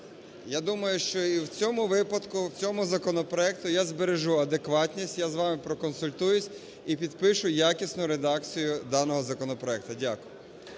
Я думаю, що і в цьому випадку в цьому законопроекті я збережу адекватність – я з вами проконсультуюсь і підпишу якісну редакцію даного законопроекту. Дякую.